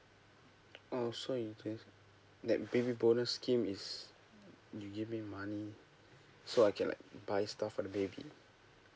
oh so is this like baby bonus scheme is you give me money so I can like buy stuff for the baby